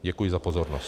Děkuji za pozornost.